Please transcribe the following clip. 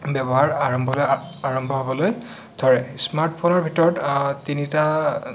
ব্যৱহাৰ আৰম্ভ আৰম্ভ হ'বলৈ ধৰে স্মাৰ্ট ফোনৰ ভিতৰত তিনিটা